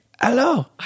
hello